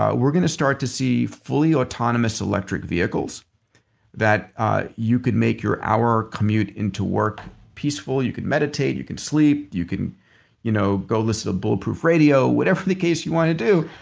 ah we're going to start to see fully-autonomous electric vehicles that ah you can make your hour commute into work peacefully. you can meditate. you can sleep. you can you know go listen to bulletproof radio. whatever the case you want to do.